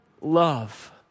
love